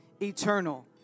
eternal